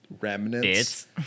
remnants